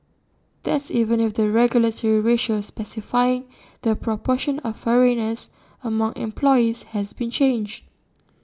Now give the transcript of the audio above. that's even if the regulatory ratio specifying the proportion of foreigners among employees has been changed